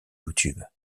youtube